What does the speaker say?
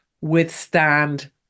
withstand